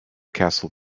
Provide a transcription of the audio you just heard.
castle